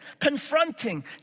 confronting